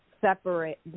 separate